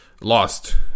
lost